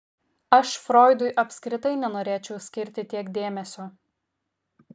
aš froidui apskritai nenorėčiau skirti tiek dėmesio